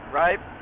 right